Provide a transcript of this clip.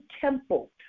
temple